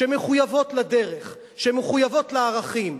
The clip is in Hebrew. שמחויבות לדרך, שמחויבות לערכים,